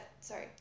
Sorry